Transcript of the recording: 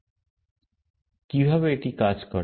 কিভাবে এটা কাজ করে